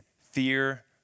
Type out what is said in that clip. fear